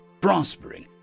prospering